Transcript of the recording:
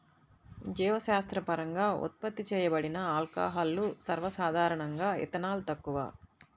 జీవశాస్త్రపరంగా ఉత్పత్తి చేయబడిన ఆల్కహాల్లు, సర్వసాధారణంగాఇథనాల్, తక్కువ